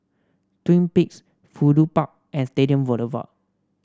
Twin Peaks Fudu Park and Stadium Boulevard